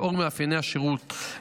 לאור מאפייני השירות,